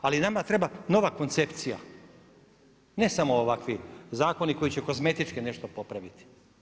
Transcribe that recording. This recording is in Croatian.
Ali nama treba nova koncepcija, ne samo ovakvi zakoni koji će kozmetički nešto popraviti.